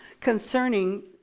concerning